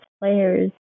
players